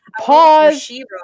Pause